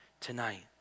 tonight